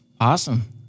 Awesome